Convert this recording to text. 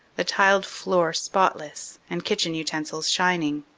the tiled floor spotless and kitchen utensils shining.